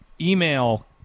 email